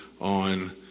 on